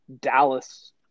Dallas